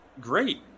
great